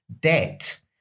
debt